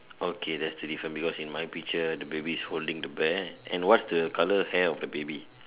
okay there's the difference because in my picture the baby is holding the bear and what's the colour hair of the baby